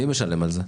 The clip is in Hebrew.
מי משלם על זה?